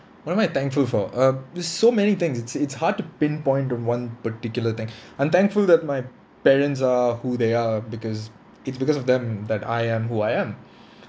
what am I thankful for uh there's so many things it's it's hard to pinpoint to one particular thing I'm thankful that my parents are who they are because it's because of them that I am who I am